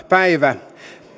päivänä